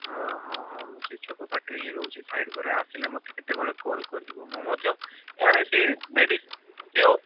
ହଁ ହଁ ହଁ ମୁଁ ସେଇ ଛକ ପାଖରେ ହିଁ ରହୁଛି ସାଇଡ଼୍ ଘରେ ଆସିଲେ ମୋତେ କେତେବେଳେ କଲ୍ କରିବୁ ମୁଁ ମଧ୍ୟ ଆରେ ସେଇ ମେଡ଼ିସ୍